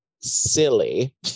silly